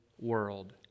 world